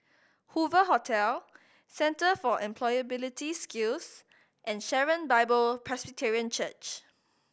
Hoover Hotel Centre for Employability Skills and Sharon Bible Presbyterian Church